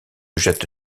jette